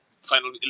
final